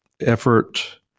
effort